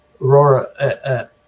aurora